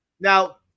Now